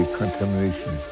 contamination